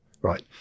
right